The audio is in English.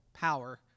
power